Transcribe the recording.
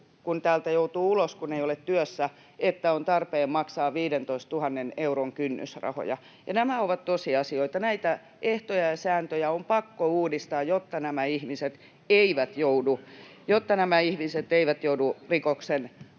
kun täältä joutuu ulos, kun ei ole työssä, että on tarpeen maksaa 15 000 euron kynnysrahoja. Nämä ovat tosiasioita. Näitä ehtoja ja sääntöjä on pakko uudistaa, jotta nämä ihmiset eivät joudu rikoksen